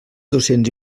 docents